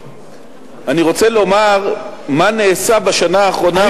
אני רוצה לומר מה נעשה בשנה האחרונה,